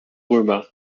römer